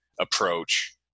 approach